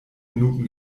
minuten